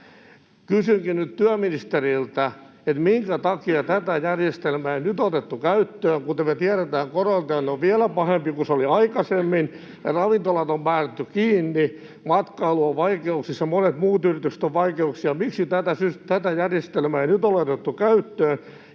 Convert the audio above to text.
Kysynkin nyt työministeriltä: minkä takia tätä järjestelmää ei nyt otettu käyttöön? Kuten me tiedetään, koronatilanne on vielä pahempi kuin se oli aikaisemmin, ja ravintolat on määrätty kiinni, matkailu on vaikeuksissa, monet muut yritykset ovat vaikeuksissa. Miksi tätä järjestelmää ei nyt ole otettu käyttöön?